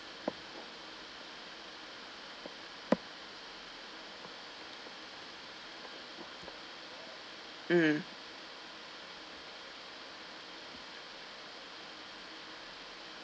mm